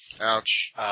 Ouch